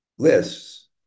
lists